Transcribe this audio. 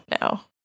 now